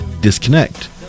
disconnect